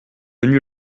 venus